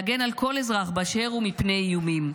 להגן על כל אזרח באשר הוא מפני איומים,